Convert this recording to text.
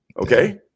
Okay